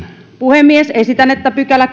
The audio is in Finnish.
puhemies esitän että kymmenes pykälä